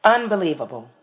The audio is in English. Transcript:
Unbelievable